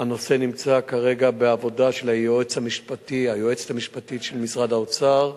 הנושא נמצא כרגע בעבודה של היועצת המשפטית של משרד האוצר.